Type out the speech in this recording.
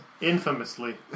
Infamously